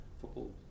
football